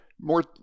more